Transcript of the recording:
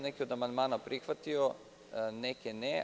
Neke od amandmana sam prihvatio, neke ne.